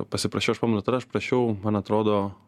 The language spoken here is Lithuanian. pasiprašiau aš pamenu tada aš prašiau man atrodo